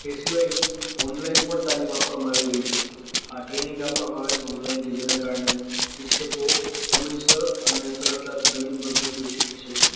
એ સિવાય ઓનલાઇન પણ તાલીમ આપવામાં આવી રહી છે આ ટ્રેનિંગ આપવામાં આવે છે ઓનલાઇન જેને કારણે શિક્ષકો સમયસર અને સરળતાથી નવીન પદ્ધતિઓ શીખી શકે